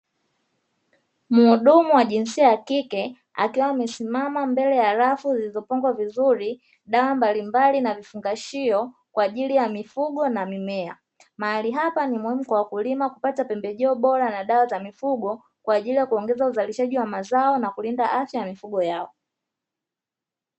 Mhudumu wa jinsia ya kike, akiwa amesimama mbele ya rafu zilizopangwa vizuri, dawa mbalimbali na vifungashio, kwa ajili ya mifugo na mimea. Mahali hapa ni muhimu kwa wakulima kupata pembejeo bora na dawa za mifugo, kwa ajili ya kuongeza uzalishaji wa mazao na kulinda afya ya mifugo yao.